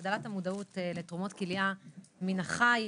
והגדלת המודעות לתרומות כליה מן החי.